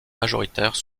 majoritaire